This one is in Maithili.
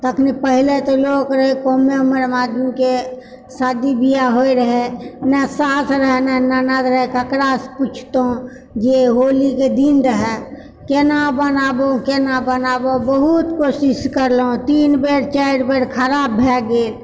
तखनी पहिले तऽ लोक रहए कमे उमरमे आदमीके शादी बिआह होइ रहए नहि सास रहए नहि ननद रहए ककरासँ पुछितहुँ जे होलीके दिन रहए केना बनाबौ केना बनाबौ बहुत कोशिश करलहुँ तीन बेर चारि बेर खराब भए गेल